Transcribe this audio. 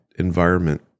environment